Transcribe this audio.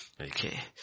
Okay